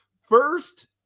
first